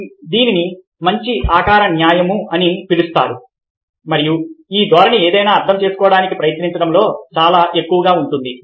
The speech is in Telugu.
కాబట్టి దీనిని మంచి ఆకార న్యాయము అని పిలుస్తారు మరియు ఈ ధోరణి ఏదైన అర్థం చేసుకోవడానికి ప్రయత్నించడంలో చాలా ఎక్కువగా ఉంటుంది